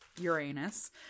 Uranus